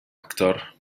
actor